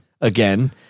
again